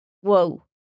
Whoa